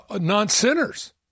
non-sinners